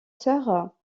sœurs